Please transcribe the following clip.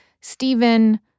Stephen